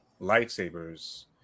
lightsabers